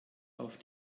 auf